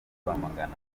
rwamagana